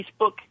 Facebook